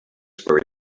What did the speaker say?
were